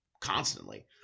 constantly